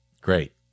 Great